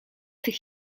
tych